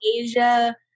Asia